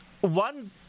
One